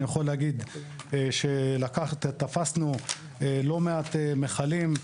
אני יכול להגיד שתפסנו לא מעט מכלים,